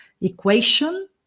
equation